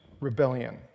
rebellion